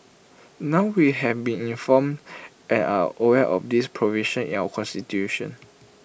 now we have been informed and are aware of this provision in our Constitution